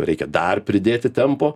reikia dar pridėti tempo